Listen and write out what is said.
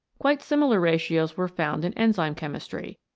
quite similar ratios were found in enzyme chemistry.